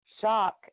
Shock